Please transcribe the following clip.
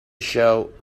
show